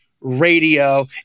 radio